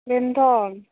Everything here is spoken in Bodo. बेनोथ'